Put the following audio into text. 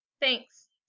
thanks